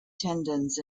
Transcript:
tendons